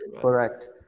Correct